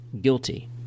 Guilty